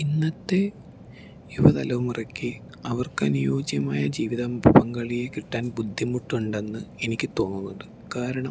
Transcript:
ഇന്നത്തെ യുവ തലമുറയ്ക്ക് അവർക്കനുയോജ്യമായ ജീവിത പങ്കാളിയെ കിട്ടാൻ ബുദ്ധിമുട്ടുണ്ടെന്ന് എനിക്ക് തോന്നുന്നുണ്ട് കാരണം